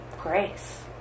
grace